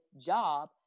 job